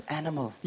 animal